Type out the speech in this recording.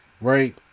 right